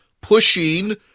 pushing